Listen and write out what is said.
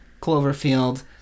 Cloverfield